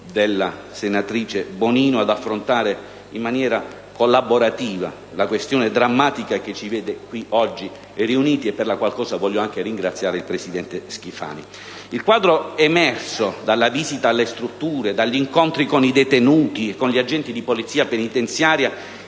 della senatrice Bonino ad affrontare in maniera collaborativa la questione drammatica che ci vede qui oggi riuniti, e per la qual cosa desidero ringraziare anche il presidente Schifani. Il quadro emerso dalla visita alle strutture e dagli incontri con i detenuti e con gli agenti di polizia penitenziaria